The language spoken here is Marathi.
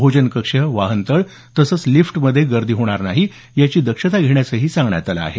भोजनकक्ष वाहनतळ तसंच लिफ्टमध्ये गर्दी होणार नाही याची दक्षता घेण्यासही सांगण्यात आलं आहे